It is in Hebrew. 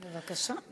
בבקשה.